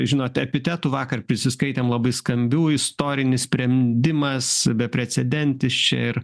žinot epitetų vakar prisiskaitėm labai skambių istorinis sprendimas beprecedentis čia ir